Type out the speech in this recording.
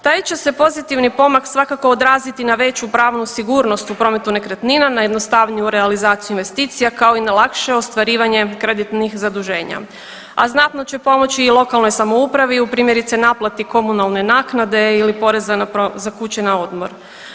Taj će se pozitivni pomak svakako odraziti na veću pravnu sigurnost u prometu nekretnina, na jednostavniju realizaciju investicija kao i na lakše ostvarivanje kreditnih zaduženja, a znatno će pomoći i lokalnoj samoupravi u primjerice naplati komunalne naknade ili poreza za kuće na odmor.